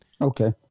Okay